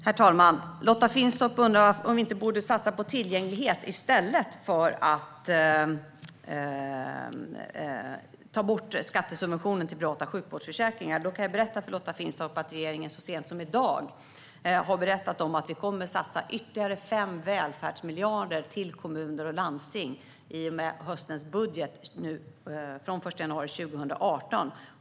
Herr talman! Lotta Finstorp undrar om vi inte borde satsa på tillgänglighet i stället för att ta bort skattesubventionen till privata sjukvårdsförsäkringar. Jag kan berätta för Lotta Finstorp att vi i regeringen så sent som i dag har berättat att vi kommer att satsa ytterligare 5 välfärdsmiljarder till kommuner och landsting i och med höstens budget, alltså från den 1 januari 2018.